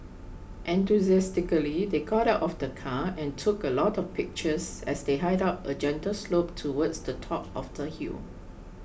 enthusiastically they got out of the car and took a lot of pictures as they hiked up a gentle slope towards the top of the hill